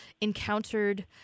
encountered